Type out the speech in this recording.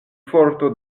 forto